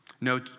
No